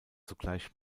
zugleich